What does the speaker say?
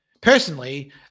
Personally